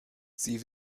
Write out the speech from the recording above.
sie